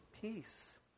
peace